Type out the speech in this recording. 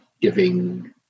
giving